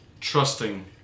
trusting